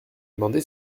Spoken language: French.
demandé